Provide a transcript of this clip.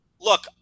look